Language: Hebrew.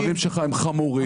הדברים שלך הם חמורים.